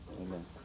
Amen